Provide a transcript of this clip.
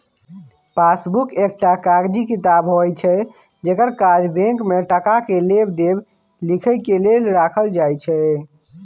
passbook एकटा कागजी किताब होइत छै जकर काज बैंक में टका के लेब देब लिखे के लेल राखल जाइत छै